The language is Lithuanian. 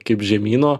kaip žemyno